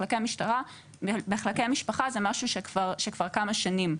מחלקי המשפחה זה משהו שרץ כבר כמה שנים,